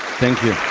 thank you.